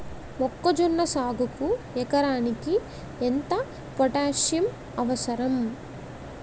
మొక్కజొన్న సాగుకు ఎకరానికి ఎంత పోటాస్సియం అవసరం?